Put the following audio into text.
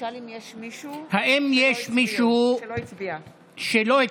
האם יש מישהו שלא הצביע?